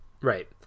Right